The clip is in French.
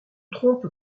trompe